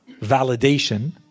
validation